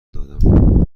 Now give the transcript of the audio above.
دادم